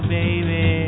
baby